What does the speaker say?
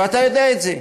ואתה יודע את זה.